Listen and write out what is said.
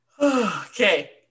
Okay